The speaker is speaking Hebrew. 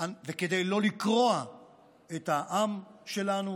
וכדי לא לקרוע את העם שלנו,